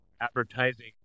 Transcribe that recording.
advertising